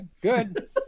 good